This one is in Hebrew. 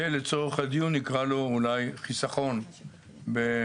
שלצורך הדיון נקרא לו אולי "חסכון בעצורים",